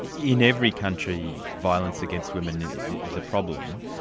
in every country, violence against women is a problem.